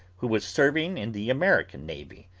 who was serving in the american navy,